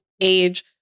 age